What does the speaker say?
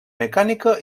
mecànica